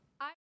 I-